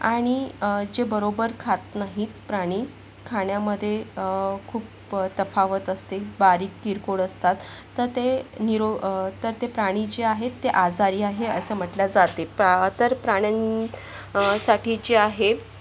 आणि जे बरोबर खात नाहीत प्राणी खाण्यामध्ये खूप तफावत असते बारीक किरकोळ असतात तर ते निरो तर ते प्राणी जे आहेत ते आजारी आहे असं म्हटले जाते प्रा तर प्राण्यांसाठी जे आहे